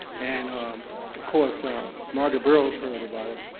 and um of course margaret burroughs heard about it.